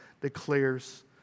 declares